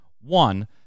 One